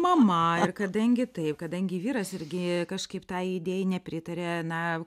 mama ir kadangi taip kadangi vyras irgi kažkaip tai idėjai nepritarė na